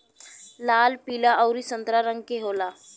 लाल पीला अउरी संतरा रंग के होला